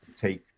take